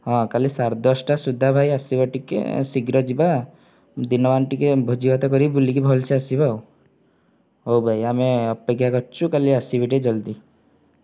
ହଁ କାଲି ସାଢ଼େ ଦଶଟା ସୁଦ୍ଧା ଭାଇ ଆସିବ ଟିକେ ଶୀଘ୍ର ଯିବା ଦିନମାନ ଟିକେ ଭୋଜିଭାତ କରି ବୁଲିକି ଭଲସେ ଆସିବା ଆଉ ହଉ ଭାଇ ଆମେ ଅପେକ୍ଷା କରିଛୁ କାଲି ଆସିବେ ଟିକେ ଜଲ୍ଦି